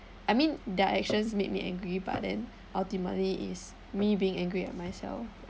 I mean their actions made me angry but then ultimately is me being angry at myself